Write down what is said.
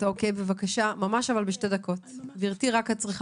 בבקשה גברתי.